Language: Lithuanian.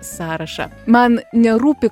sąrašą man nerūpi